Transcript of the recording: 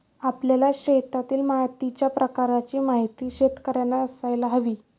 आपल्या शेतातील मातीच्या प्रकाराची माहिती शेतकर्यांना असायला हवी